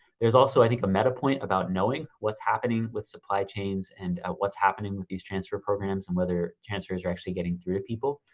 there's also, i think a meta point about knowing what's happening with supply chains and what's happening with these transfer programs and whether transfers are actually getting through to people.